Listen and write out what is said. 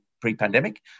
pre-pandemic